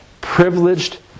privileged